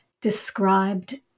described